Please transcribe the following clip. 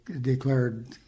declared